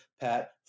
Pat